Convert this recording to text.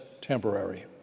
temporary